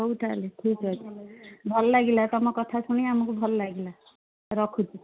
ହଉ ତାହାଲେ ଠିକ୍ ଅଛି ଭଲ ଲାଗିଲା ତୁମ କଥା ଶୁଣି ଆମକୁ ଭଲ ଲାଗିଲା ରଖୁଛି